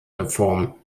reform